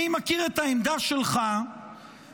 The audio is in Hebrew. אני מכיר את העמדה שלך